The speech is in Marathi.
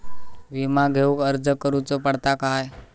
विमा घेउक अर्ज करुचो पडता काय?